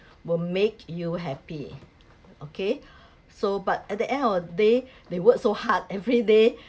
will make you happy okay so but at the end of the day they work so hard every day